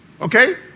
Okay